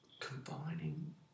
Combining